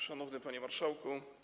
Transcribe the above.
Szanowny Panie Marszałku!